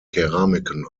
keramiken